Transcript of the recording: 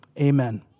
amen